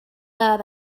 quedar